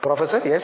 professor S